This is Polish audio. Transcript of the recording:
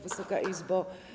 Wysoka Izbo!